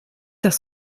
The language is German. das